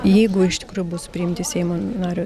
jeigu iš tikrųjų bus priimti seimo nario